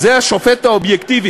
אז זה השופט האובייקטיבי,